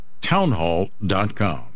townhall.com